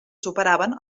superaven